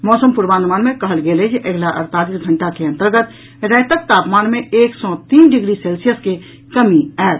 मौसम पूर्वानुमान मे कहल गेल अछि जे अगिला अड़तालीस घंटा के अन्तर्गत रातिक तापमान मे एक सँ तीन डिग्री सेल्सियस के कमी आओत